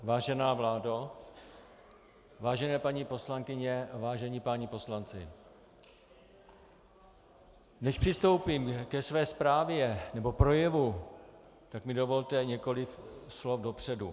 Vážená vládo, vážené paní poslankyně, vážení páni poslanci, než přistoupím ke své zprávě nebo projevu, tak mi dovolte několik slov dopředu.